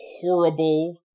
horrible